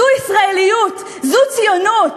זאת ישראליות, זאת ציונות,